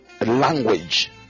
language